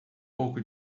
pouco